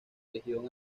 región